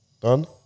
Done